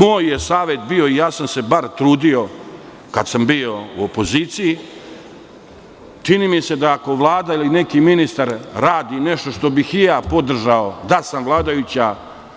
Moj je savet bio, i bar sam se trudio kada sam bio u opoziciji, čini mi se da kada Vlada ili neki ministar radi nešto što bih i ja podržao da sam vladajuća